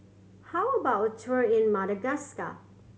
how about a tour in Madagascar